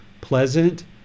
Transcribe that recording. pleasant